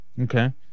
Okay